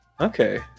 Okay